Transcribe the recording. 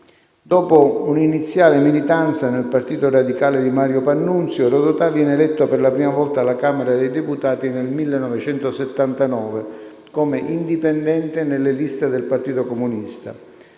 Dopo un'iniziale militanza nel Partito Radicale di Mario Pannunzio, Rodotà viene eletto per la prima volta alla Camera dei deputati nel 1979 come indipendente nelle liste del Partito Comunista.